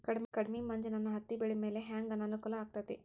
ಕಡಮಿ ಮಂಜ್ ನನ್ ಹತ್ತಿಬೆಳಿ ಮ್ಯಾಲೆ ಹೆಂಗ್ ಅನಾನುಕೂಲ ಆಗ್ತೆತಿ?